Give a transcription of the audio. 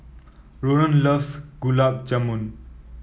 Ronan loves Gulab Jamun